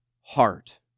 heart